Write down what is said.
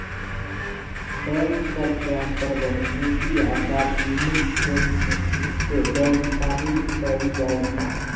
bank सभ के अंतर्गत निजी आ सार्वजनिक क्षेत्र के बैंक सामिल कयल जाइ छइ